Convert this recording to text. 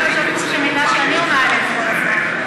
לפחות לפי בקשות חופש מידע שאני עונה להן כל הזמן.